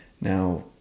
now